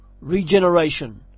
Regeneration